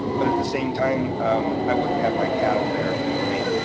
but at the same time i wouldn't have my cattle there if it were me.